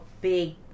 big